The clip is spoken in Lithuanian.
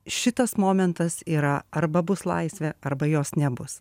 šitas momentas yra arba bus laisvė arba jos nebus